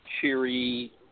cheery